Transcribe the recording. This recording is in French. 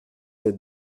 êtes